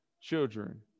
children